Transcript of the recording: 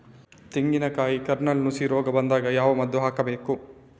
ತೆಂಗಿನ ಕಾಯಿ ಕಾರ್ನೆಲ್ಗೆ ನುಸಿ ರೋಗ ಬಂದಾಗ ಯಾವ ಮದ್ದು ಹಾಕಬೇಕು?